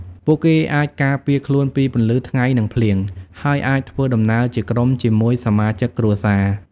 ពួកគេអាចការពារខ្លួនពីពន្លឺថ្ងៃនិងភ្លៀង ហើយអាចធ្វើដំណើរជាក្រុមជាមួយសមាជិកគ្រួសារ។